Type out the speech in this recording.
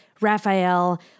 Raphael